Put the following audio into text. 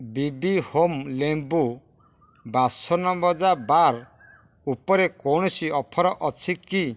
ବିବି home ଲେମ୍ବୁ ବାସନମଜା bar ଉପରେ କୌଣସି ଅଫର୍ ଅଛି କି